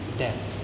death